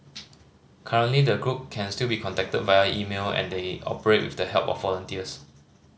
currently the group can still be contacted via email and they operate with the help of volunteers